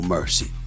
Mercy